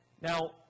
Now